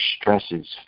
stresses